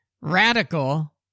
radical